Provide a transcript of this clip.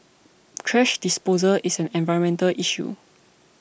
thrash disposal is an environmental issue